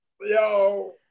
yo